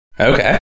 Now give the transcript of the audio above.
Okay